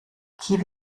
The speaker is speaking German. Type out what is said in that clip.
kiew